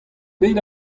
bet